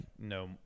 no